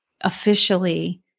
officially